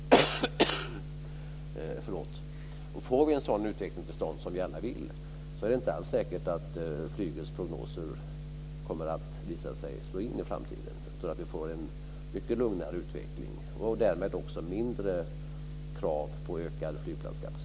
Får vi en sådan utveckling till stånd som vi alla vill ha är det inte alls säkert att flygets prognoser visar sig slå in i framtiden utan att vi får vi en mycket lugnare utveckling och därmed mindre krav på en utökad flygplatskapacitet.